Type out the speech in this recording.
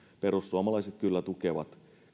perussuomalaiset kyllä tukevat